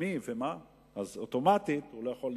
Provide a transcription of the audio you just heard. מי ומה אז אוטומטית הוא לא יכול לשכור.